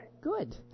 good